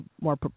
more